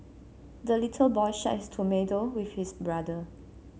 the little boy shared his tomato with his brother